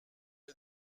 est